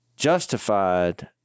justified